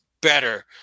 better